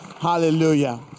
hallelujah